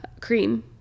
cream